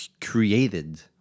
created